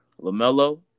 LaMelo